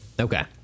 Okay